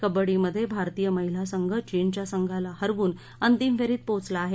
कबङ्डीमध्ये भारतीय महिला संघ चीनच्या संघाला हरवून अंतिम फेरीत पोहोचला आहे